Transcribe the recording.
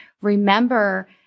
remember